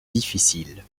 difficiles